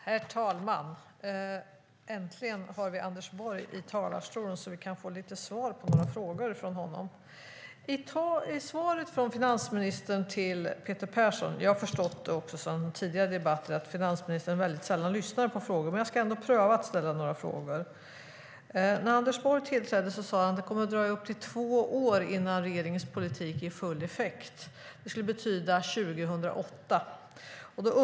Herr talman! Äntligen har vi Anders Borg i talarstolen så att vi kan få lite svar från honom på några frågor. Jag har förstått från tidigare debatter att finansministern sällan lyssnar på frågor, men jag ska ändå pröva att ställa några. När Anders Borg tillträdde sade han att det kommer att dröja upp till två år innan regeringens politik ger full effekt. Det skulle betyda 2008.